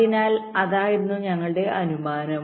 അതിനാൽ അതായിരുന്നു ഞങ്ങളുടെ അനുമാനം